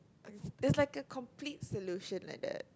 is like a complete solution like that